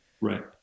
Right